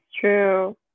true